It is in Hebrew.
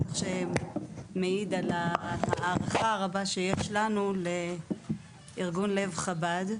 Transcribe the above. בטח שמעיד על ההערכה הרבה שיש לנו לארגון לב חב"ד,